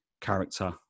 character